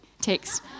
text